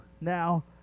now